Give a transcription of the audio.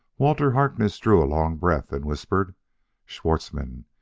walter harkness drew a long breath and whispered schwartzmann!